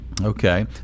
okay